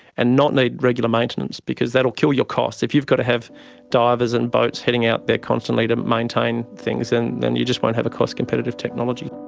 and not need regular maintenance, because that will kill your costs. if you've got to have divers and boats heading out there constantly to maintain things, and then you just won't have a cost competitive technology.